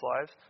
lives